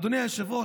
אדוני היושב-ראש,